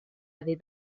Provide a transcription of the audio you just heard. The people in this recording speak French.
avait